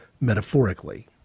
metaphorically